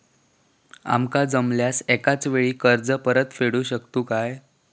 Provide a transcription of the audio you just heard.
आमका जमल्यास एकाच वेळी कर्ज परत फेडू शकतू काय?